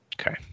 Okay